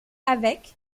avec